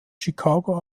chicago